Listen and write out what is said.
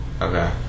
Okay